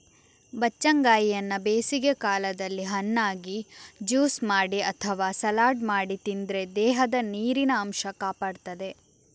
ಬಚ್ಚಂಗಾಯಿಯನ್ನ ಬೇಸಿಗೆ ಕಾಲದಲ್ಲಿ ಹಣ್ಣಾಗಿ, ಜ್ಯೂಸು ಮಾಡಿ ಅಥವಾ ಸಲಾಡ್ ಮಾಡಿ ತಿಂದ್ರೆ ದೇಹದ ನೀರಿನ ಅಂಶ ಕಾಪಾಡ್ತದೆ